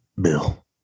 Bill